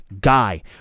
guy